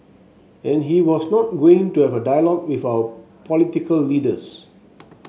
and he was not going to have a dialogue with our political leaders